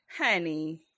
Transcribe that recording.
honey